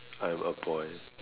I am a boy